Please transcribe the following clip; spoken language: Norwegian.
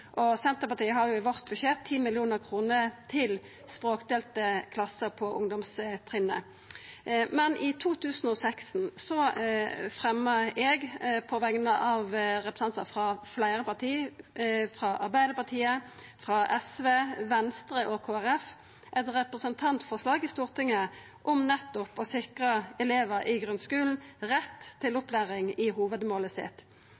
Senterpartiet har i sitt budsjett 10 mill. kr til språkdelte klasser på ungdomstrinnet. I 2016 fremja eg på vegner av representantar frå fleire parti – Arbeidarpartiet, SV, Venstre og Kristeleg Folkeparti – eit representantforslag i Stortinget om nettopp å sikra elevar i grunnskulen rett til